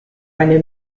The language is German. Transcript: eine